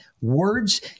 words